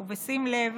ובשים לב